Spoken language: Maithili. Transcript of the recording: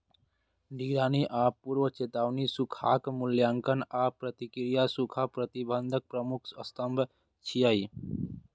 निगरानी आ पूर्व चेतावनी, सूखाक मूल्यांकन आ प्रतिक्रिया सूखा प्रबंधनक प्रमुख स्तंभ छियै